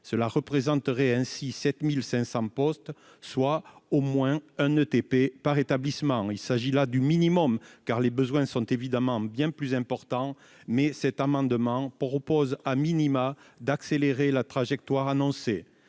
Cela représenterait ainsi 7 500 postes, soit au moins 1 ETP par établissement. Il s'agit là du minimum, car les besoins sont évidemment bien plus importants. Cet amendement tend à accélérer la trajectoire annoncée.